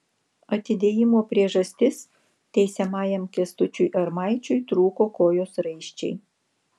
atidėjimo priežastis teisiamajam kęstučiui armaičiui trūko kojos raiščiai